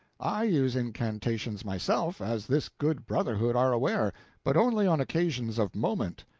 i use incantations myself, as this good brotherhood are aware but only on occasions of moment.